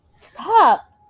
Stop